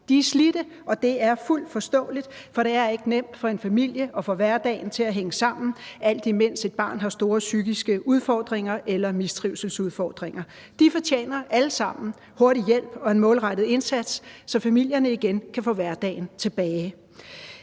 De er slidte, og det er fuldt forståeligt, for det er ikke nemt for en familie at få hverdagen til at hænge sammen, alt imens et barn har store psykiske udfordringer eller mistrivselsudfordringer. De fortjener alle sammen hurtig hjælp og en målrettet indsats, så familierne igen kan få hverdagen tilbage.